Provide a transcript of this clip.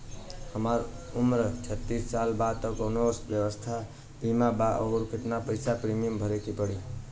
हमार उम्र छत्तिस साल बा त कौनों स्वास्थ्य बीमा बा का आ केतना पईसा प्रीमियम भरे के पड़ी?